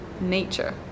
nature